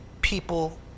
people